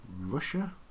Russia